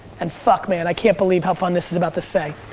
and fuck man, i can't believe how fun this is about the say.